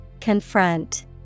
Confront